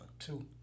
Two